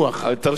תרשה לי,